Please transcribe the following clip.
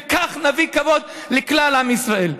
וכך נביא כבוד לכלל עם ישראל.